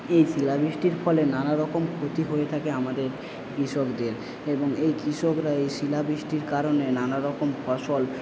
এই শিলাবৃষ্টির ফলে নানারকম প্রতিকুলতা থাকে আমাদের কৃষকদের এবং এই কৃষকরা এই শিলাবৃষ্টির কারণে নানারকম ফসল